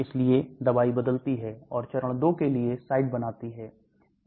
इसलिए दवाई बदलती हैं और चरण 2 के लिए साइट बनाती हैं